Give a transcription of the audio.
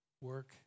work